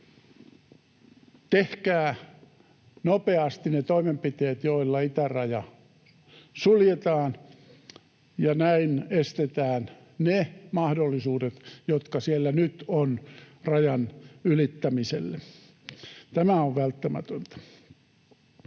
tehkää nopeasti ne toimenpiteet, joilla itäraja suljetaan ja näin estetään ne mahdollisuudet, jotka siellä nyt ovat rajan ylittämiseen. Tämä on välttämätöntä.